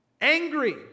Angry